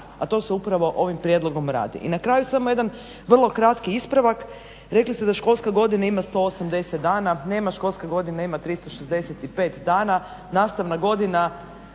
a to se upravo ovim prijedlogom radi. I na kraju samo jedan vrlo kratki ispravak, rekli ste da školska godina ima 180 dana. Nema, školska godina ima 365 dana. Nastavna godina